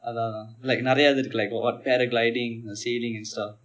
அதான் அதான்:athaan athaan like நிரைய இது இருக்கு:niraiya ithu irukku like what paragliding sailing and stuff